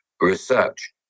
research